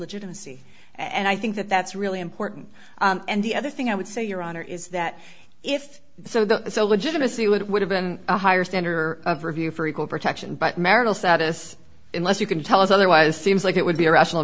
legitimacy and i think that that's really important and the other thing i would say your honor is that if so there's a legitimacy it would have been a higher standard or of review for equal protection but marital status in less you can tell us otherwise seems like it would be a rational